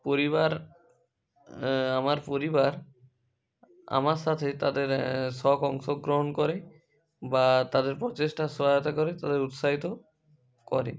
পরিবার আমার পরিবার আমার সাথে তাদের শখ অংশগ্রহণ করে বা তাদের প্রচেষ্টার সহায়তা করে তাদের উৎসাহিত করে